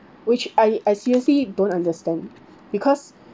which I I seriously don't understand because